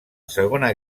segona